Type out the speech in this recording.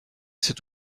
cette